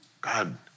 God